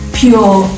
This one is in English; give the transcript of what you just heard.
pure